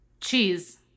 Cheese